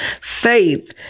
Faith